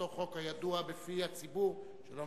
אותו חוק הידוע בפי הציבור בשם "משאל העם".